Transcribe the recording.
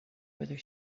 whether